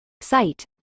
site